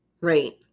right